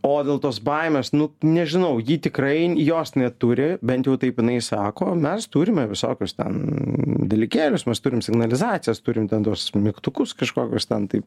o dėl tos baimės nu nežinau ji tikrai jos neturi bent jau taip jinai sako mes turime visokius ten dalykėlius mes turim signalizacijas turim ten tuos mygtukus kažkokius ten taip